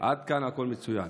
עד כאן הכול מצוין,